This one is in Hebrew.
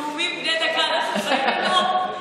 נאומים בני דקה אנחנו יכולים לנאום?